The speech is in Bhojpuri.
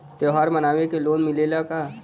त्योहार मनावे के लोन मिलेला का?